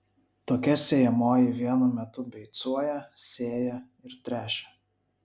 tokia sėjamoji vienu metu beicuoja sėja ir tręšia